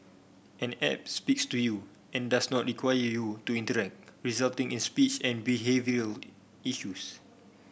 an app speaks to you and does not require you to interact resulting in speech and issues